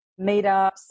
meetups